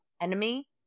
enemy